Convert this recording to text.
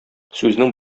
сүзнең